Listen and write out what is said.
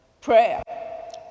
prayer